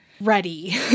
ready